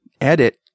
edit